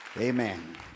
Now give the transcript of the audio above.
Amen